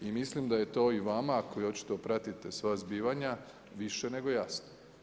I mislim da je to i vama, koji očito pratite sva zbivanja više nego jasno.